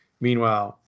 Meanwhile